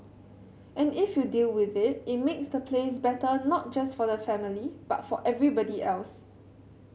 and if you deal with it it makes the place better not just for the family but for everybody else